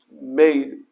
made